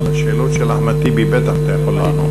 על השאלות של אחמד טיבי בטח אתה יכול לענות.